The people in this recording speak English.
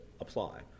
apply